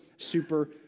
super